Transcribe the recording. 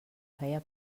feia